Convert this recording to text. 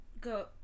Go